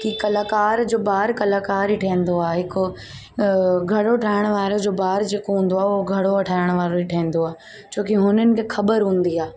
की कलाकार जो ॿारु कलाकार ई ठहंदो आहे हिकु घड़ो ठाहिणु वारे जो ॿारु जेको हूंदो आहे उहो घड़ो ठाहिणु वारो ई ठहंदो आहे छोकी हुननि खे ख़बरु हूंदी आहे